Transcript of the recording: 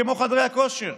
כמו חדרי הכושר,